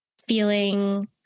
feeling